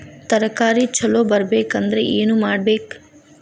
ತರಕಾರಿ ಛಲೋ ಬರ್ಬೆಕ್ ಅಂದ್ರ್ ಏನು ಮಾಡ್ಬೇಕ್?